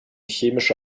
chemische